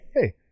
Hey